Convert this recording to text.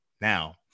now